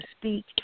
speak